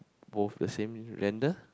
both the same vendor